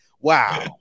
Wow